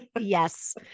yes